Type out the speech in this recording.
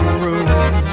room